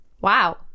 wow